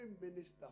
minister